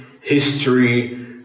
history